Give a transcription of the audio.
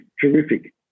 terrific